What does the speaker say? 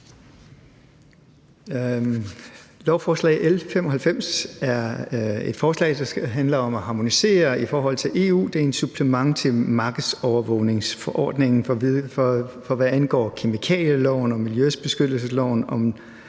Lovforslag nr. L 95 er et forslag, der handler om at harmonisere i forhold til EU. Det er et supplement til markedsovervågningsforordningen, hvad angår kemikalieloven og miljøbeskyttelsesloven